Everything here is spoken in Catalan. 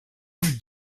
vuit